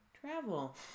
Travel